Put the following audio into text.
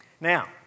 Now